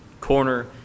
corner